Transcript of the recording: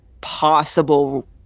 possible